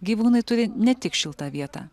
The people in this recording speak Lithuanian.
gyvūnai turi ne tik šiltą vietą